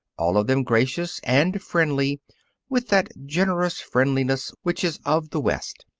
all of them gracious and friendly with that generous friendliness which is of the west.